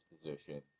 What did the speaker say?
position